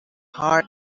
heart